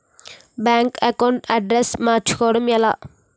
Bank account address మార్చుకోవడం ఎలా?